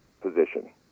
position